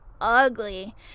ugly